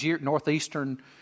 Northeastern